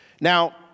Now